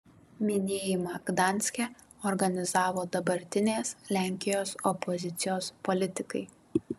minėjimą gdanske organizavo dabartinės lenkijos opozicijos politikai